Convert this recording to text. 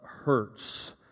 Hurts